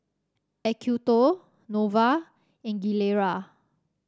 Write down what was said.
Acuto Nova and Gilera